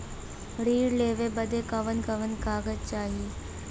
ऋण लेवे बदे कवन कवन कागज चाही?